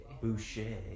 Boucher